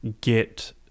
get